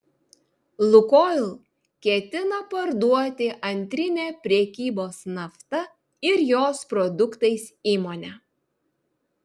lukoil ketina parduoti antrinę prekybos nafta ir jos produktais įmonę